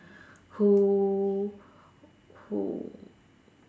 who who